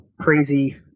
crazy